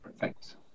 Thanks